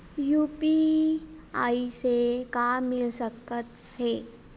UPI से का मिल सकत हे?